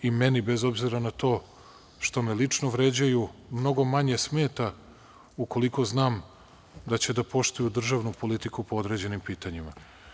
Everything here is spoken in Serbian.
Meni, bez obzira na to što me lično vređaju, mnogo manje smeta ukoliko znam da će da poštuju državnu politiku po određenim pitanjima.